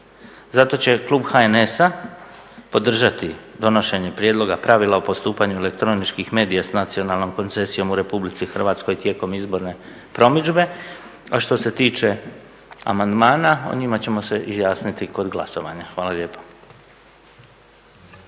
Zato će klub HNS-a podržati donošenje Prijedloga pravila o postupanju elektroničkih medija s nacionalnom koncesijom u Republici Hrvatskoj tijekom izborne promidžbe. A što se tiče amandmana, o njima ćemo se izjasniti kod glasovanja. Hvala lijepo.